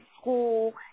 school